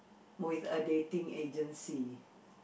with a dating agency